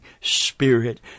Spirit